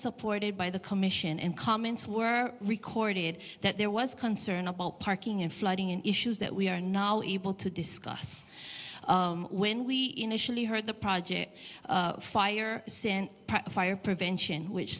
supported by the commission and comments were recorded that there was concern about parking and flooding issues that we are now able to discuss when we initially heard the project fire fire prevention which